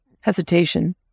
hesitation